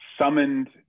summoned